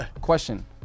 Question